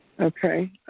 Okay